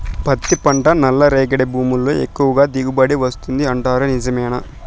పత్తి పంట నల్లరేగడి భూముల్లో ఎక్కువగా దిగుబడి వస్తుంది అంటారు నిజమేనా